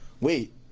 Wait